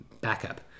backup